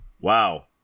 Wow